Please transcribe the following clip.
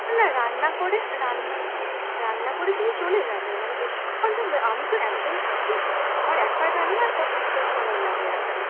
না রান্না করে রান্না রান্না করে তুমি চলে যাবে মানে বেশিক্ষণ তো না আমি তো একজন থাকি আমার একার রান্না আর কতটা সময় লাগে আর কি